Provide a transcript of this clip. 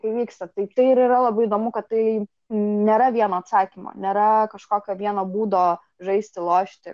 tai vyksta tai tai ir yra labai įdomu kad tai nėra vieno atsakymo nėra kažkokio vieno būdo žaisti lošti